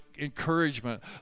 encouragement